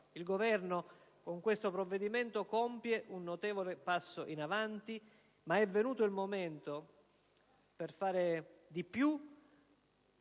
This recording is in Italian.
Il Governo, con questo provvedimento, compie un notevole passo in avanti, ma è venuto il momento per fare di più,